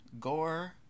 gore